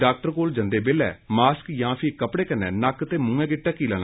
doctor कोल जंदे बेल्लै मास्क जां फी कपड़े कन्नै नक्क ते मुह् गी ढक्की लैन